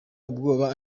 ubwoba